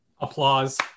Applause